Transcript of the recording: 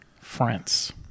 France